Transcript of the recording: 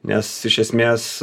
nes iš esmės